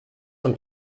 und